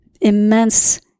immense